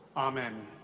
amen.